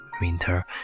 winter